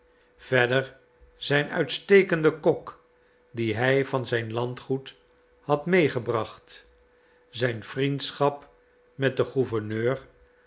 verder zijn uitstekende kok dien hij van zijn landgoed had meegebracht zijn vriendschap met den gouverneur